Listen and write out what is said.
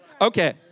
Okay